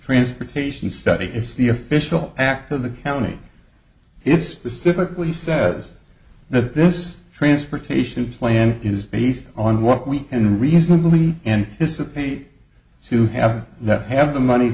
transportation study is the official act of the county it specifically says that this transportation plan is based on what we can reasonably anticipate to have that have the money